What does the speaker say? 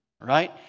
right